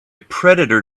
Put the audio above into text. predator